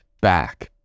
back